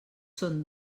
són